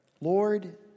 Lord